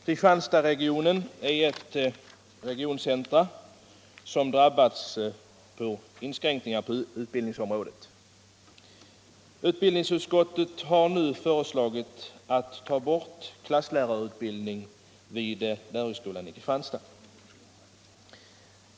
Kristianstadsregionen är ett regioncentrum som har drabbats av inskränkningar på utbildningsområdet. Utbildningsutskottet har nu föreslagit att klasslärarutbildningen vid lärarhögskolan i Kristianstad tas bort.